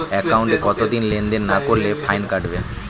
একাউন্টে কতদিন লেনদেন না করলে ফাইন কাটবে?